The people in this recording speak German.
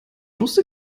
wusste